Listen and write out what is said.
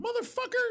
Motherfucker